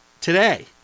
today